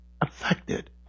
affected